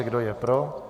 Kdo je pro?